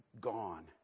gone